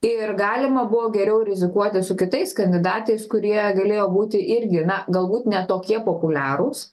tai ir galima buvo geriau rizikuoti su kitais kandidatais kurie galėjo būti irgi na galbūt ne tokie populiarūs